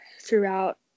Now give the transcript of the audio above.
throughout